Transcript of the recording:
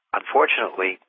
unfortunately